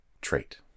trait